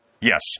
yes